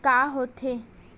का होथे?